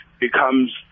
becomes